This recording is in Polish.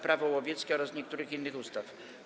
Prawo łowieckie oraz niektórych innych ustaw.